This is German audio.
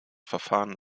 verfahren